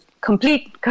complete